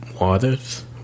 Waters